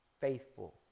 faithful